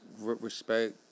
Respect